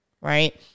Right